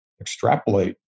extrapolate